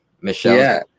Michelle